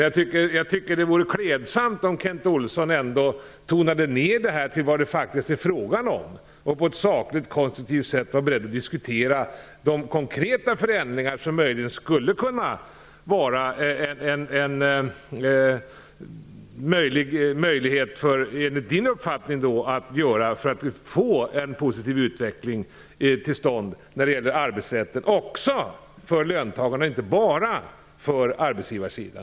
Jag tycker att det vore klädsamt om Kent Olsson ändå tonade ner det här till vad det faktiskt är fråga om och på ett sakligt, konstruktivt sätt var beredd att diskutera de konkreta förändringar som möjligen, enligt hans uppfattning, skulle kunna leda till en positiv utveckling på arbetsrättens område - även för löntagarna och inte bara för arbetsgivarna.